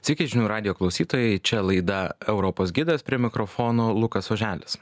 sveiki žinių radijo klausytojai čia laida europos gidas prie mikrofono lukas oželis